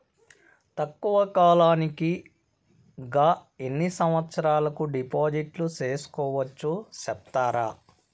తక్కువ కాలానికి గా ఎన్ని సంవత్సరాల కు డిపాజిట్లు సేసుకోవచ్చు సెప్తారా